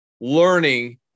learning